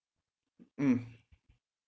mm